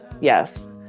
yes